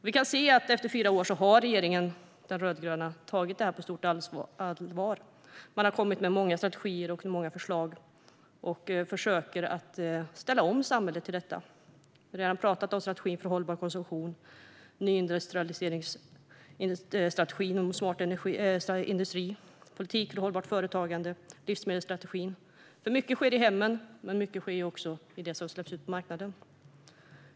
Vi kan se att efter fyra år har den rödgröna regeringen tagit detta på stort allvar. Den har kommit med många strategier och många förslag. Den försöker att ställa om samhället till detta. Vi har redan talat om strategin för hållbar konsumtion, nyindustrialiseringsstrategin och strategin för smart industri, politik för hållbart företagande och livsmedelsstrategin. Mycket sker i hemmen, men mycket sker också med det som släpps ut på marknaden.